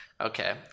Okay